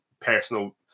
personal